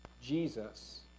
Jesus